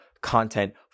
content